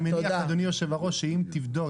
אני מניח אדוני יושב הראש שאם תבדוק,